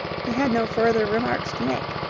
he had no further remarks to make.